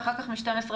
ואחר כך מ-12:20,